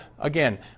again